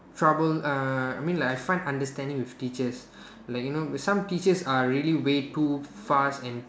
trouble uh I mean like I find understanding with teachers like you know some teachers are really way too fast and